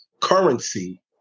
Currency